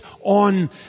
on